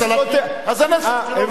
אז הנזק שלו,